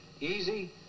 Easy